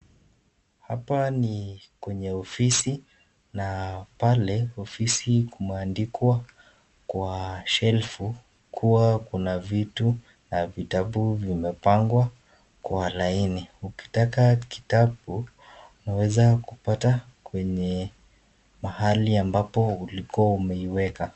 Hapa ni kwenye ofisi na pale ofisi kumeandikwa kwa shelfu kua kuna vitu na vitabu vimepangwa kwa laini. Ukitaka kitabu unaweza kupata kwenye mahali ambapo ilikua umeiweka.